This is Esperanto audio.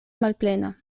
malplena